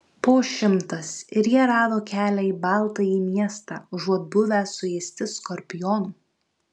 po šimtas ir jie rado kelią į baltąjį miestą užuot buvę suėsti skorpionų